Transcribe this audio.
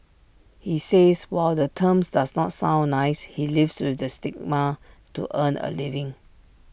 he says while the terms does not sound nice he lives with the stigma to earn A living